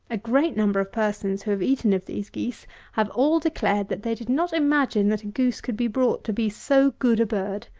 a great number of persons who have eaten of these geese have all declared that they did not imagine that a goose could be brought to be so good a bird.